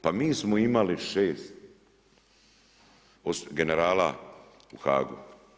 Pa mi smo imali 6 generala u Haagu.